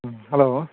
hello